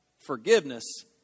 forgiveness